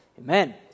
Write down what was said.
amen